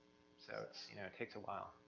so it's, you know, takes a while,